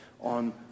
on